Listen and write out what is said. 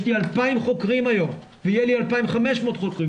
יש למפקדה המשימתית 2,000 חוקרים ויהיו 2,500 חוקרים,